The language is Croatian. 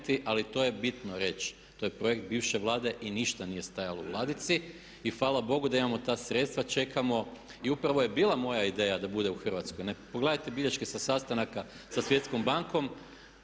Ali to je bitno reći, to je projekt bivše Vlade i ništa nije stajalo u ladici. I hvala Bogu da imamo ta sredstva čekamo, i upravo je bila moja ideja da bude u Hrvatskoj. Pogledajte bilješke sa sastanaka sa Svjetskom bankom.